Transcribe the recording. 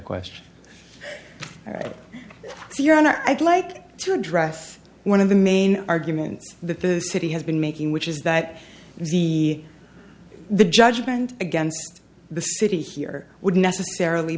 question all right so you're not i'd like to address one of the main arguments that the city has been making which is that the the judgment against the city here would necessarily